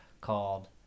called